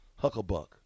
Hucklebuck